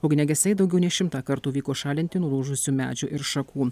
ugniagesiai daugiau nei šimtą kartų vyko šalinti nulūžusių medžių ir šakų